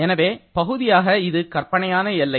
எனவே பகுதியாக இது கற்பனையான இல்லை